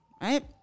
Right